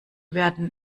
werden